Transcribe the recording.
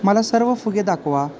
मला सर्व फुगे दाखवा